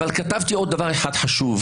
אבל כתבתי עוד דבר אחד חשוב,